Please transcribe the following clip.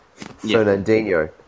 Fernandinho